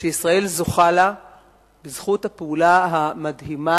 שישראל זוכה לה בזכות הפעולה המדהימה